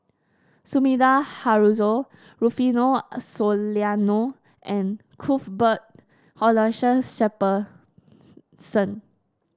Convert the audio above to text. Sumida Haruzo Rufino Soliano and Cuthbert Aloysius Shepherdson